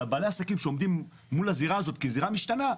בעלי העסקים שעומדים מול הזירה הזאת כזירה משתנה,